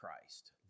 Christ